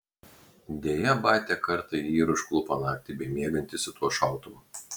deja batia kartą jį ir užklupo naktį bemiegantį su tuo šautuvu